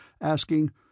asking